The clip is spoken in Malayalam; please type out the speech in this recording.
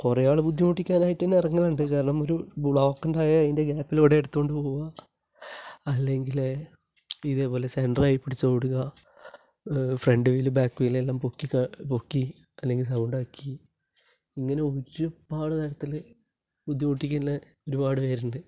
കുറേ ആൾ ബുദ്ധിമുട്ടിക്കാനായിട്ട് തന്നെ ഇറങ്ങുന്നുണ്ട് കാരണം ഒരു ബ്ലോക്ക് ഉണ്ടായാൽ അതിന്റെ ഗ്യാപ്പിലൂടെ എടുത്തു കൊണ്ട് പോവുക അല്ലെങ്കിൽ ഇതേപോലെ സെന്ററായേ പിടിച്ച് ഓടുക ഫ്രണ്ട് വീലും ബാക്ക് വീലും എല്ലാം പൊക്കി പൊക്കി അല്ലെങ്കില് സൗണ്ട് ആക്കി ഇങ്ങനെ ഒരുപാട് തരത്തിൽ ബുദ്ധിമുട്ടിക്കുന്ന ഒരുപാട് പേരുണ്ട്